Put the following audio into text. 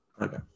okay